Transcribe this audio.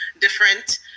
different